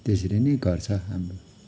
त्यसरी नै गर्छ हाम्रो